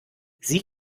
sie